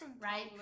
right